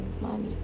money